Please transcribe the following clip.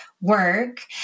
work